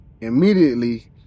Immediately